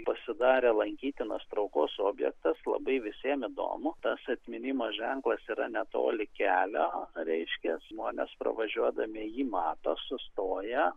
pasidarė lankytinas traukos objektas labai visiem įdomu tas atminimo ženklas yra netoli kelio reiškia žmonės pravažiuodami jį mato sustoja